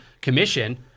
Commission